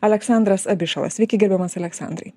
aleksandras abišala sveiki gerbiamas aleksandrai